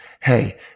Hey